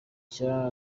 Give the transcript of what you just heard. cya